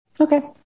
Okay